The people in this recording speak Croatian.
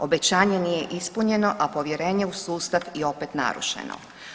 Obećanje nije ispunjeno, a povjerenje u sustav je opet narušeno.